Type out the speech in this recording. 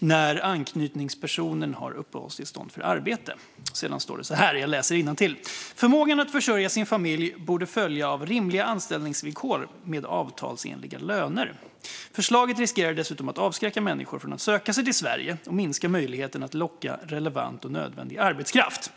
när anknytningspersonen har uppehållstillstånd för arbete. Sedan står det så här: "Förmågan att försörja sin familj borde följa av att rimliga anställningsvillkor med avtalsenliga löner erbjuds. Förslaget riskerar dessutom att avskräcka människor från att söka sig till Sverige och minska möjligheten att locka relevant och nödvändig arbetskraft."